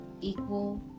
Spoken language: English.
equal